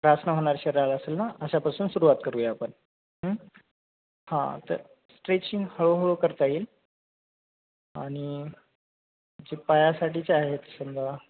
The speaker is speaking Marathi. त्रास नाही होणार शरीराला असे ना अशापासून सुरुवात करूया आपण हम्म हां त स्ट्रेचिंग हळूहळू करता येईल आणि जे पायासाठीचे आहेत समजा